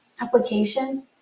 application